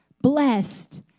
blessed